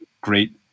Great